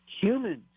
Humans